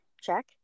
check